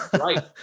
Right